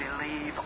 believe